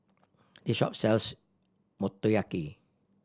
this shop sells Motoyaki